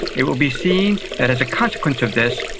it will be seen that as a consequence of this,